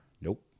Nope